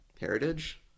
heritage